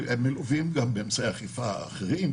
הם מלווים גם באמצעי אכיפה אחרים,